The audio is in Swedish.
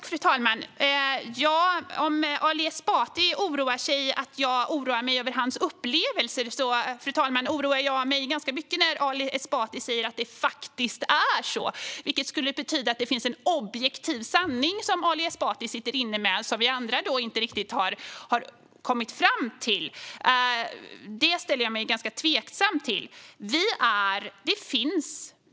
Fru talman! Ali Esbati oroar sig för att jag oroar mig över hans upplevelser. Jag oroar mig ganska mycket när Ali Esbati säger att det faktiskt är så. Det skulle betyda att det finns en objektiv sanning som Ali Esbati sitter inne med och som vi andra inte riktigt har kommit fram till. Det ställer jag mig ganska tveksam till.